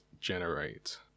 generate